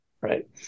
right